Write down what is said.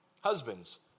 Husbands